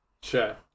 Sure